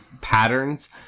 patterns